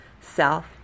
self